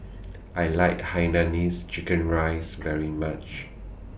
I like Hainanese Chicken Rice very much